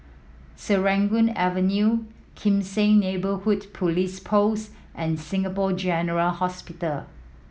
Serangoon Avenue Kim Seng Neighbourhood Police Post and Singapore General Hospital